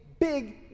big